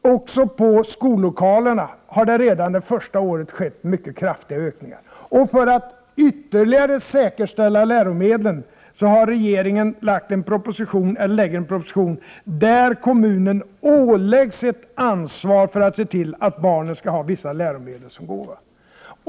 Också när det gäller skollokalerna har det redan det första året skett mycket kraftiga ökningar. För att ytterligare säkerställa läromedlen lägger regeringen fram en proposition där kommunen åläggs ett ansvar för att se till att barnen skall ha vissa läromedel som gåva.